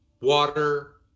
water